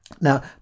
Now